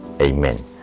Amen